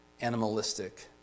animalistic